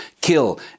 kill